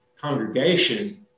congregation